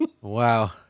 Wow